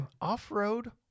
off-road